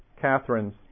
Catherine's